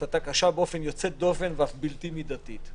הייתה קשה באופן יוצא דופן ואף בלתי מידתית.